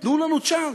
תנו לנו צ'אנס.